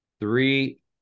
Three